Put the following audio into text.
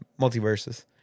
Multiverses